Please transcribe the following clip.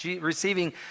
receiving